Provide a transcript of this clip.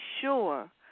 sure